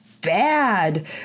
bad